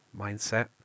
mindset